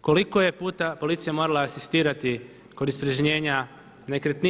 koliko je puta policija morala asistirati kod … nekretnine.